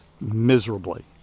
miserably